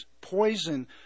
poison